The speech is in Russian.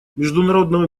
международного